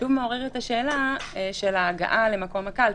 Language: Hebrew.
השאלה של ההגעה למקום הקלפי.